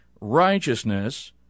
righteousness